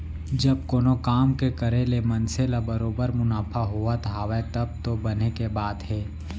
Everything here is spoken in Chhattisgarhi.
जब कोनो काम के करे ले मनसे ल बरोबर मुनाफा होवत हावय तब तो बने के बात हे